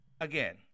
Again